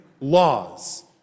laws